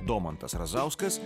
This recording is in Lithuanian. domantas razauskas